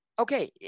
Okay